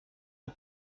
aux